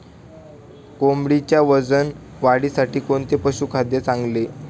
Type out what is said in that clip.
कोंबडीच्या वजन वाढीसाठी कोणते पशुखाद्य चांगले?